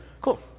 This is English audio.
Cool